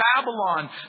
Babylon